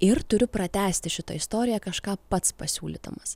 ir turiu pratęsti šitą istoriją kažką pats pasiūlydamas